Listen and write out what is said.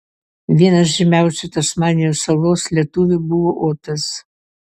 vienas žymiausių tasmanijos salos lietuvių buvo otas